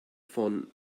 von